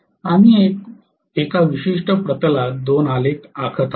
आम्ही एका विशिष्ट प्रतलात दोन आलेख आखत आहोत